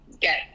get